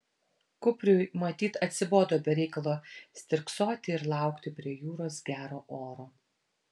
kupriui matyt atsibodo be reikalo stirksoti ir laukti prie jūros gero oro